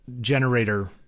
generator